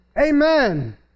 Amen